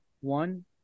one